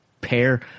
pair